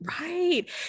right